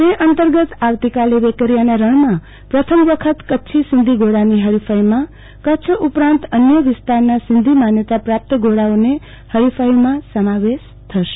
અ અંતર્ગત આવતીકાલે વેકરીયાના રણમાં પ્રથમ વખત કચ્છી સિંધી ઘોડોની હરિફાઈમાં કચ્છ ઉપરાંત અન્ય વિસ્તારના સિંધી માન્યતા પ્રાપ્ત ઘોડાઓનો હરિફાઈમાં સમાવે શ થશે